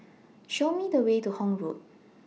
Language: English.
Show Me The Way to Horne Road